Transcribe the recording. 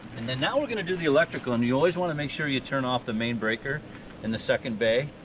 and then now we're gonna do the electrical. and you always want to make sure you turn off the main breaker in the second bay,